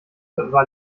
war